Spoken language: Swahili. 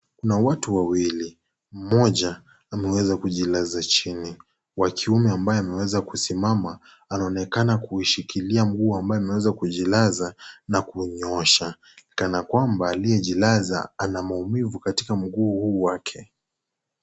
Kuna watu wawili, mmoja ameweza kujilaza chini, wakiume ambaye ameweza kusimama anaonekana kushikilia mguu ambaye amejilaza na kunyoosha kana kwamba aliyejilaza ana maumivu katika mguu huu wake.